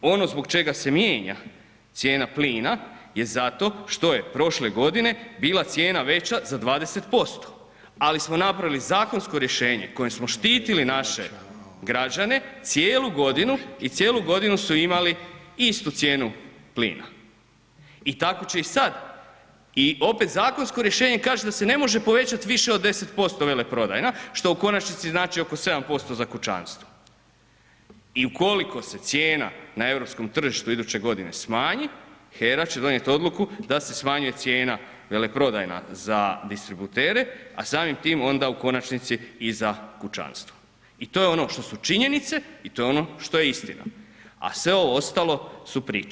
Ono zbog čega se mijenja cijena plina je zato što je prošle godine bila cijena veća za 20%, ali smo napravili zakonsko rješenje kojim smo štitili naše građane cijelu godinu i cijelu godinu su imali istu cijenu plina i tako će i sad i opet zakonsko rješenje kaže da se ne može povećat više od 10% veleprodajna, što u konačnici znači oko 7% za kućanstvo i ukoliko se cijena na europskom tržištu iduće godine smanji, HERA će donijeti odluku da se smanji cijena veleprodajna za distributere, a samim tim onda u konačnici i za kućanstvo i to je ono što su činjenice i to je ono što je istina, a sve ovo ostalo su priče.